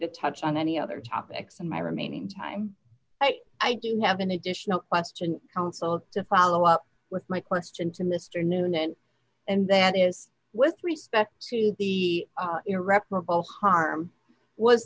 to touch on any other topics in my remaining time but i do have an additional question counsel to follow up with my question to mr noonan and that is with respect to the irreparable harm was